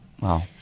Wow